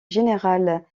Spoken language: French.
général